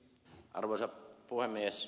arvoisa puhemies